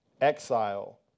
exile